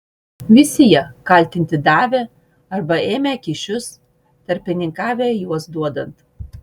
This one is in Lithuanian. visi jie kaltinti davę arba ėmę kyšius tarpininkavę juos duodant